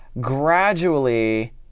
gradually